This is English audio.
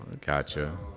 Gotcha